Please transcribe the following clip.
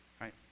right